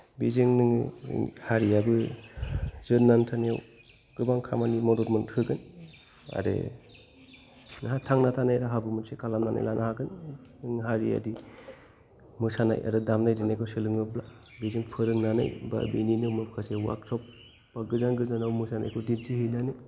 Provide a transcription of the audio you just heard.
बेजों नोङो हारियाबो जोरनानै थानायाव गोबां खामानि मदद मोनहोगोन आरो नोंहा थांना थानाय राहाबो मोनसे खालामनानै लानो हागोन नों हारियारि मोसानाय आरो दामनाय देनायखौ सोलोङोबा बेजों फोरोंनानै बा बेनिनो मखासे वार्कशप बा गोजान गोजानाव मोसानायखौ दिन्थिहैनानै